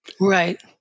Right